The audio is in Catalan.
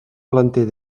planter